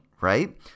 right